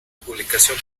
publicación